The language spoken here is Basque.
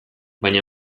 baina